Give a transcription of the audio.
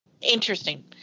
Interesting